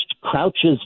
crouches